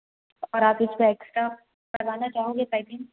और आप इसका एक्सट्रा करवाना चाहोगे पैकिंग